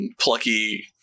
plucky